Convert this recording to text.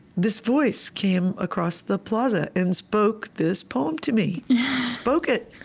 this voice came across the plaza and spoke this poem to me spoke it.